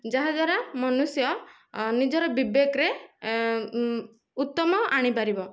ଯାହାଦ୍ୱାରା ମନୁଷ୍ୟ ନିଜର ବିବେକରେ ଉତ୍ତମ ଆଣିପାରିବ